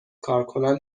کارکنان